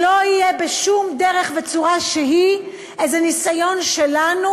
שלא יהיה בשום דרך וצורה שהיא איזה ניסיון שלנו